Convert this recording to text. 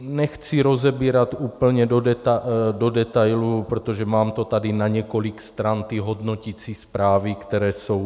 Nechci rozebírat úplně do detailů, protože mám to tady na několik stran, ty hodnoticí zprávy, které jsou.